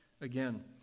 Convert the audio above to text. again